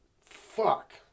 fuck